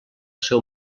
seu